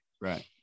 right